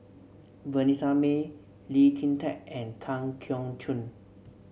Vanessa Mae Lee Kin Tat and Tan Keong Choon